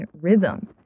rhythm